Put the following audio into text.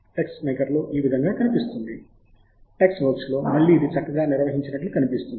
టెక్స్మేకర్లో ఈ విధముగా కనిపిస్తుంది టెక్స్వర్క్స్లో మళ్లీ ఇది చక్కగా నిర్వహించినట్లు కనిపిస్తుంది